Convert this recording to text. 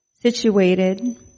situated